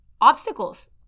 Obstacles